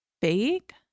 fake